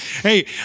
Hey